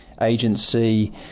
agency